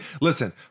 Listen